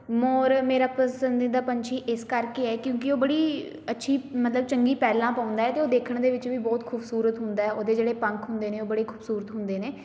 ਮੋਰ ਮੇਰਾ ਪਸੰਦੀਦਾ ਪੰਛੀ ਇਸ ਕਰਕੇ ਹੈ ਕਿਉਂਕਿ ਉਹ ਬੜੀ ਅੱਛੀ ਮਤਲਬ ਚੰਗੀ ਪੈਲਾਂ ਪਾਉਂਦਾ ਹੈ ਅਤੇ ਉਹ ਦੇਖਣ ਦੇ ਵਿੱਚ ਵੀ ਬਹੁਤ ਖੂਬਸੂਰਤ ਹੁੰਦਾ ਹੈ ਉਹਦੇ ਜਿਹੜੇ ਪੰਖ ਹੁੰਦੇ ਨੇ ਉਹ ਬੜੇ ਖੂਬਸੂਰਤ ਹੁੰਦੇ ਨੇ